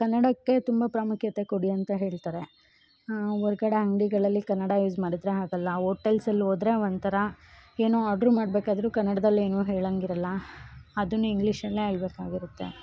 ಕನ್ನಡಕ್ಕೆ ತುಂಬ ಪ್ರಾಮುಖ್ಯತೆ ಕೊಡಿ ಅಂತ ಹೇಳ್ತಾರೆ ಹೊರ್ಗಡೆ ಅಂಗಡಿಗಳಲ್ಲಿ ಕನ್ನಡ ಯೂಸ್ ಮಾಡಿದ್ರೆ ಆಗಲ್ಲ ಹೋಟೆಲ್ಸಲ್ಲಿ ಹೋದ್ರೆ ಒಂಥರ ಏನೋ ಆಡ್ರ್ ಮಾಡಬೇಕಾದ್ರು ಕನ್ನಡ್ದಲ್ಲಿ ಏನು ಹೇಳೋಂಗಿರಲ್ಲ ಅದನ್ನೆ ಇಂಗ್ಲೀಷಲ್ಲೇ ಹೇಳ್ಬೇಕಾಗಿರತ್ತೆ